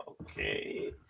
Okay